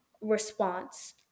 response